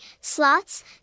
slots